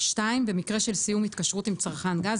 (2)במקרה של סיום התקשרות עם צרכן גז,